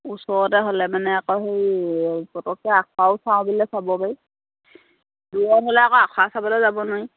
ওচৰতে হ'লে মানে আকৌ হেৰি পটককৈ আখৰাও চাওঁ বুলিলে চাব পাৰি দূৰত হ'লে আকৌ আখৰাও চাব যাব নোৱাৰি